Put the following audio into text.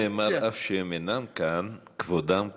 על זה נאמר, אף שהם אינם כאן, כבודם כאן.